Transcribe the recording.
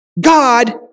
God